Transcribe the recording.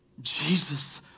Jesus